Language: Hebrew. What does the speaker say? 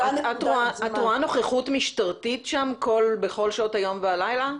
את רואה נוכחות משטרתית שם בכל שעות היום והלילה?